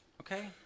okay